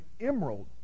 emerald